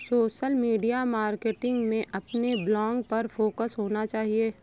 social media marketing में अपने blog पर फोकस होना चाहिए